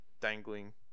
Dangling